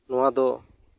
ᱱᱚᱣᱟᱫᱚ